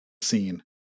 scene